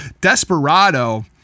desperado